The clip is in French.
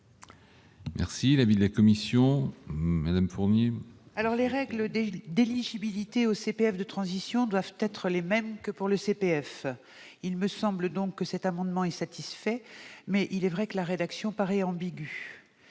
est l'avis de la commission ? Les règles d'éligibilité au CPF de transition doivent être les mêmes que pour le CPF. Il me semble donc que cet amendement est satisfait. Mais il est vrai que la rédaction paraît ambiguë.